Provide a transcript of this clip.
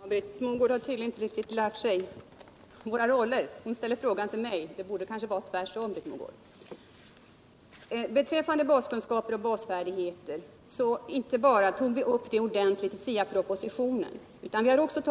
Herr talman! Britt Mogård har tydligen inte riktigt lärt sig våra roller; hon ställer frågan till mig — det borde vara tvärtom. Frågan om baskunskaper och basfärdigheter tog vi socialdemokrater upp ordentligt inte bara i SIA-propositionen utan också